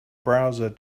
browser